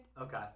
Okay